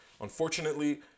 unfortunately